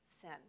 sin